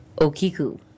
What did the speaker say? Okiku